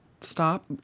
stop